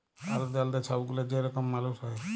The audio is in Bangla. আলেদা আলেদা ছব গুলা যে রকম মালুস হ্যয়